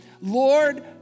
Lord